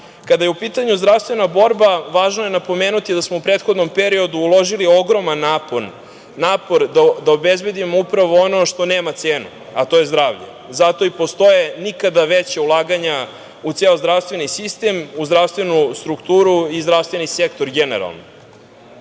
je u pitanju zdravstvena borba važno je napomenuti da smo u prethodnom periodu uložili ogroman napor da obezbedimo upravo ono što nema cenu, a to je zdravlje. Zato i postoje nikada veća ulaganja u ceo zdravstveni sistem, u zdravstvenu strukturu i zdravstveni sektor generalno.